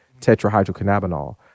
tetrahydrocannabinol